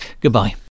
Goodbye